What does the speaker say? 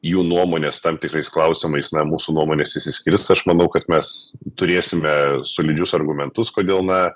jų nuomonės tam tikrais klausimais na mūsų nuomonės išsiskirs aš manau kad mes turėsime solidžius argumentus kodėl na